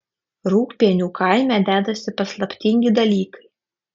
rūgpienių kaime dedasi paslaptingi dalykai